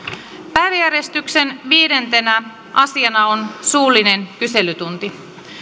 päiväjärjestyksen viidentenä asiana on suullinen kyselytunti